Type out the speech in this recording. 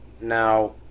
Now